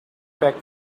back